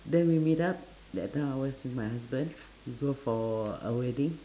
then we meet up that time I was with my husband we go for a wedding